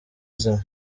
zimwe